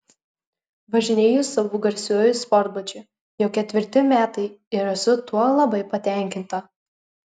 važinėju savo garsiuoju sportbačiu jau ketvirti metai ir esu tuo labai patenkinta